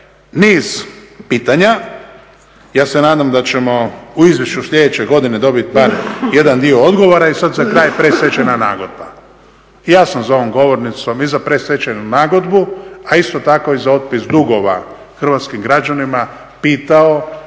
niz pitanja, ja se nadam da ćemo u izvješću sljedeće godine dobiti bar jedan dio odgovora. I sada za kraj predstečajna nagodba. Ja sam za ovom govornicom i za predstečajnu nagodbu a isto tako i za otpis dugova hrvatskim građanima pitao